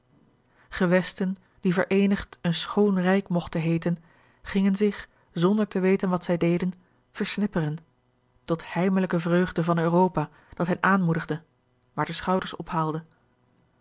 gewesten die vereenigd een schoon rijk mogten heeten gingen zich zonder te weten wat zij deden versnipperen tot heimelijke vreugde van europa dat hen aanmoedigde maar de schouders ophaalde